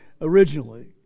originally